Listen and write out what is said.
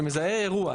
כשמזהה אירוע,